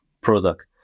product